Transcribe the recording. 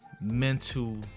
mental